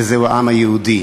וזהו העם היהודי.